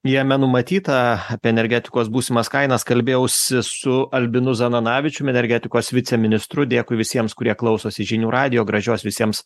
jame numatyta apie energetikos būsimas kainas kalbėjausi su albinu zananavičium energetikos viceministru dėkui visiems kurie klausosi žinių radijo gražios visiems